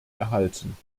erhalten